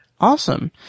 awesome